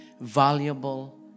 valuable